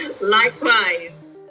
Likewise